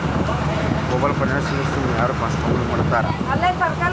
Global financial ಸಿಸ್ಟಮ್ನ ಯಾರ್ control ಮಾಡ್ತಿರ್ತಾರ?